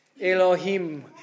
Elohim